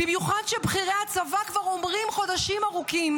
במיוחד כשבכירי הצבא כבר אומרים חודשים ארוכים